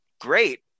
Great